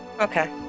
Okay